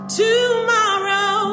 tomorrow